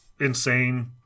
insane